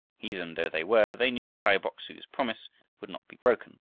heathen though they were, they knew kai bok-su's promise would not be broken,